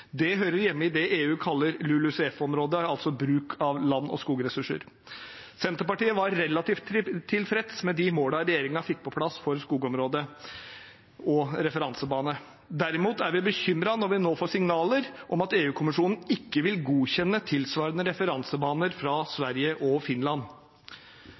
Det hører hjemme i det EU kaller LULUCF-området, altså bruk av land- og skogressurser. Senterpartiet var relativt tilfreds med de målene regjeringen fikk på plass på skogområdet og når det gjelder referansebane. Derimot er vi bekymret når vi nå får signaler om at EU-kommisjonen ikke vil godkjenne tilsvarende referansebaner fra Sverige og Finland.